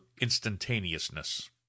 instantaneousness